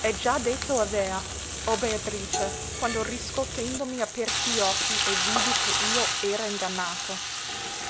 e già detto avea o beatrice quando riscotendomi apersi li occhi e vidi che io era ingannato